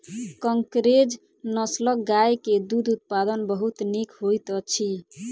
कंकरेज नस्लक गाय के दूध उत्पादन बहुत नीक होइत अछि